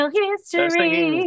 history